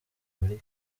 muri